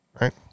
right